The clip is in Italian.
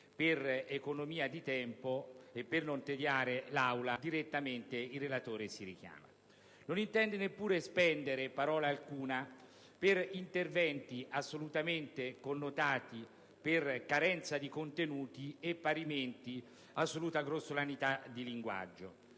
per economia di tempo e per non tediare l'Assemblea, il relatore si richiama direttamente. Il relatore non intende neanche spendere parola alcuna per interventi assolutamente connotati per carenza di contenuti e parimenti assoluta grossolanità di linguaggio.